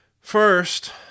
first